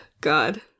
God